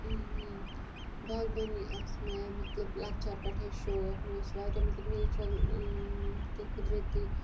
باغبٲنی ٲس مےٚ مطلب لۄکچار پٮ۪ٹھَے شوق مےٚ اوس واریاہ مطلب نیچرَل یِم تہِ قُدرٔتی